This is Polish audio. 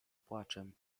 płaczem